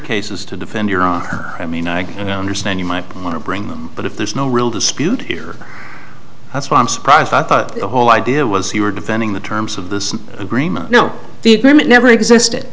cases to defend your own i mean i understand you might want to bring but if there's no real dispute here that's why i'm surprised the whole idea was you were defending the terms of this agreement no the agreement never existed